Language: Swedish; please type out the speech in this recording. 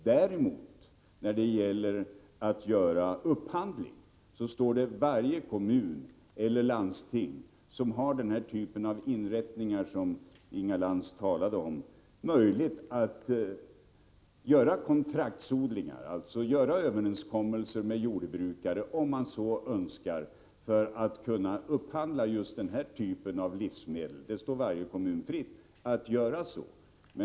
Varje kommun eller landsting har för de inrättningar Inga Lantz talade om däremot möjlighet att i sin upphandling träffa överenskommelser om kontraktsodlingar. Det står alltså varje kommun fritt att göra överenskommelser med jordbrukare för att kunna upphandla just den typ av livsmedel det här är fråga om.